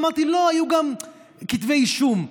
אמרתי: לא, היו גם כתבי אישום.